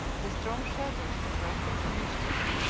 the strong shelters of rapine and mischief.